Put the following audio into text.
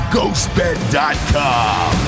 GhostBed.com